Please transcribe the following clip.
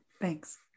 thanks